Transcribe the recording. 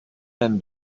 van